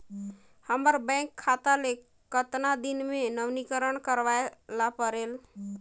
हमर बैंक खाता ले कतना दिन मे नवीनीकरण करवाय ला परेल?